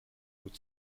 hut